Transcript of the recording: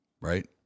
Right